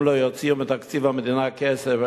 אם לא יוציאו מתקציב המדינה כסף,